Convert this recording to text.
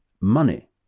money